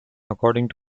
according